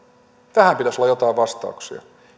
tähän pitäisi olla jotain vastauksia